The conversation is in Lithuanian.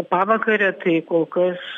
pavakarę tai kol kas